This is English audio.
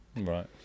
Right